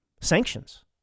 sanctions